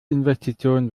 investition